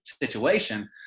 situation